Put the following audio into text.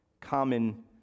common